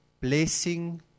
blessing